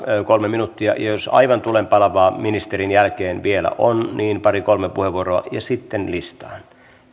kolme minuuttia jos aivan tulenpalavaa ministerin jälkeen vielä on niin pari kolme puheenvuoroa ja sitten listaan